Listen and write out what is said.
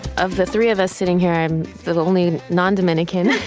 of the three of us sitting here, i'm the only non-dominican